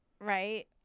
right